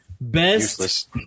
Best